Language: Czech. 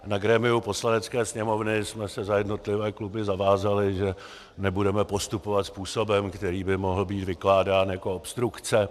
Na grémiu Poslanecké sněmovny jsme se za jednotlivé kluby zavázali, že nebudeme postupovat způsobem, který by mohl být vykládán jako obstrukce.